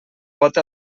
pot